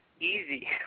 easy